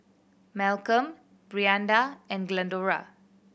Malcolm Brianda and Glendora